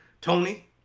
Tony